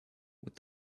with